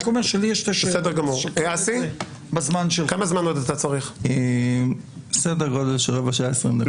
סדר גודל של רבע שעה, 20 דקות.